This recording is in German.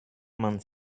man